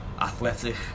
athletic